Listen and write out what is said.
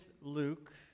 Luke